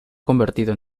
convertido